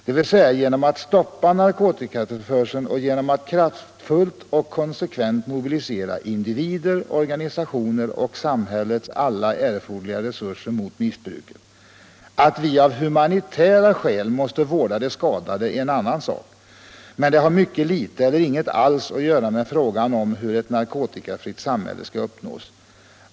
Dvs. genom att stoppa narkotikatillförseln och genom att kraftfullt och konsekvent mobilisera individer, organisationer och samhällets alla erforderliga resurser mot missbruket. Att vi av humanitära skäl måste vårda de skadade, är en annan sak. Men det har mycket litet eller inget alls att göra med frågan om hur ett narkotikafritt samhälle skall uppnås.